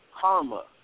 Karma